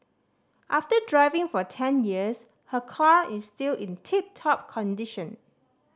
after driving for ten years her car is still in tip top condition